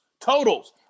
totals